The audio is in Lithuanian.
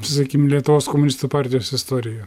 sakykim lietuvos komunistų partijos istorija